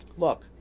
Look